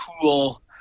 cool